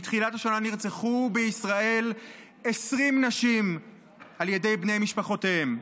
מתחילת השנה נרצחו בישראל 20 נשים על ידי בני משפחותיהן.